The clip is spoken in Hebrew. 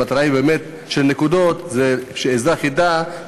המטרה של הנקודות היא שאזרח ידע,